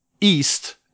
east